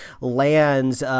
lands